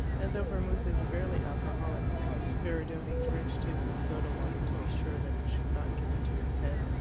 and though vermouth is barely alcoholic, spiridione drenched his with soda-water to be sure that it should not get into his head.